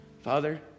Father